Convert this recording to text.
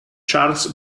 charles